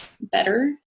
better